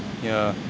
yeah